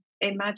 imagine